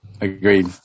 agreed